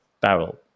barrel